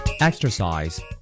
Exercise